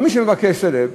מי שמבקש סלב,